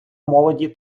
молоді